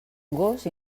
gos